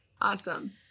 Awesome